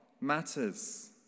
matters